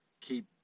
keep